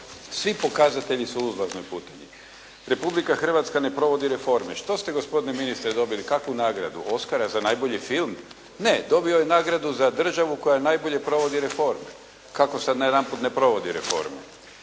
Svi pokazatelji su u uzlaznoj putanji. Republika Hrvatska ne provodi reforme, što ste gospodine ministre dobili kakvu nagradu? Oskara za najbolji film? Ne dobio je nagradu za državu koja najbolje provodi reforme. Kako sada najedanput ne provodi reforme.